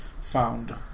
found